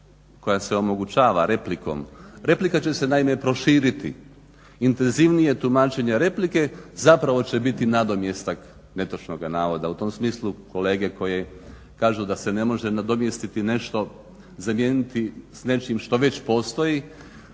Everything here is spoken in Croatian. koja se omogućava replikom, replika će se naime proširiti. Intenzivnije tumačenje replike zapravo će biti nadomjestak netočnoga navoda. U tom smislu kolege koje kažu da se ne može nadomjestiti nešto, zamijeniti s nečim što već postoji.